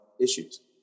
issues